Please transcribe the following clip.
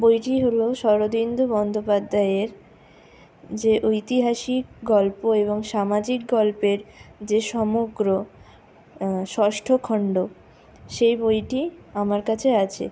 বইটি হল শরদিন্দু বন্দোপাধ্যায়ের যে ঐতিহাসিক গল্প এবং সামাজিক গল্পের যে সমগ্র ষষ্ঠ খণ্ড সেই বইটি আমার কাছে আছে